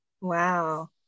Wow